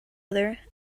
other